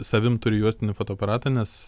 savimi turi juostinį fotoaparatą nes